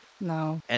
no